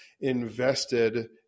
invested